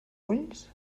ulls